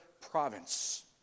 province